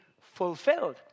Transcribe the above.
fulfilled